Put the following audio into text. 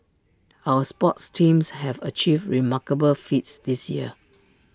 our sports teams have achieved remarkable feats this year